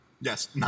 Yes